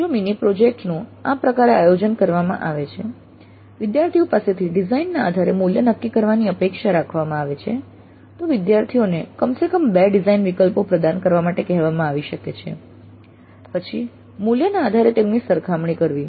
જો mini project નું આયોજન આ પ્રકારે કરવામાં આવે છે વિદ્યાર્થીઓ પાસેથી ડિઝાઇન ના આધારે મૂલ્ય નક્કી કરવાની અપેક્ષા રાખવામાં આવે છે તો વિદ્યાર્થીઓને કમસે કમ બે ડિઝાઇન વિકલ્પો પ્રદાન કરવા માટે કહેવામાં આવી શકે છે પછી મૂલ્યના આધારે તેમની સરખામણી કરવી